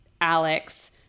Alex